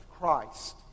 Christ